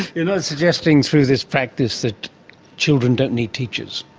you know suggesting through this practice that children don't need teachers?